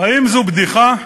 האם זו בדיחה,